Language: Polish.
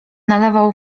nalewał